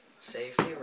Safety